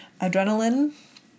adrenaline